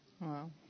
Wow